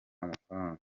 amafaranga